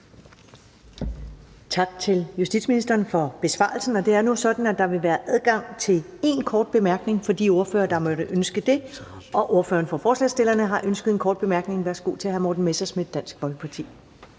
Tak til justitsministeren for besvarelsen. Det er nu sådan, at der vil være adgang til én kort bemærkning for de ordførere, der måtte ønske det. Ordføreren for forespørgerne har ønsket en kort bemærkning. Værsgo til hr. Morten Messerschmidt, Dansk Folkeparti.